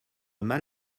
mal